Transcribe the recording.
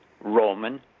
Roman